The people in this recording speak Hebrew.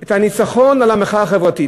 את הניצחון על המחאה החברתית.